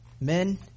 men